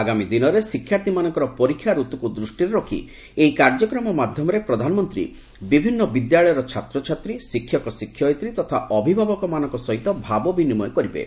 ଆଗାମୀ ଦିନରେ ଶିକ୍ଷାର୍ଥୀମାନଙ୍କର ପରୀକ୍ଷା ରତ୍କୁକୁ ଦୃଷ୍ଟିରେ ରଖି ଏହି କାର୍ଯ୍ୟକ୍ରମ ମାଧ୍ୟମରେ ପ୍ରଧାନମନ୍ତ୍ରୀ ବିଭିନ୍ନ ବିଦ୍ୟାଳୟର ଛାତ୍ରଛାତ୍ରୀ ଶିକ୍ଷକଶିକ୍ଷୟିତ୍ରୀ ତଥା ଅଭିଭାବକମାନଙ୍କ ସହିତ ଭାବ ବିନିମୟ କରିବେ